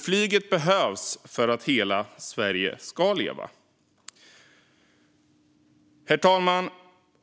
Flyget behövs för att hela Sverige ska leva. Herr talman!